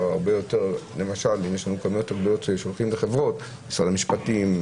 למשל רשויות מקומיות ששולחות לחברים - משרד המשפטים,